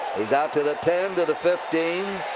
he's out to the ten. to the fifteen.